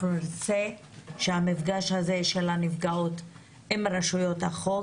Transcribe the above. אנחנו נרצה שהמפגש הזה של הנפגעות עם רשויות החוק